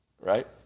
Right